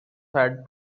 had